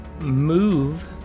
move